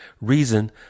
reason